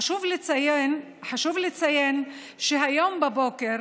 חשוב לציין שהיום בבוקר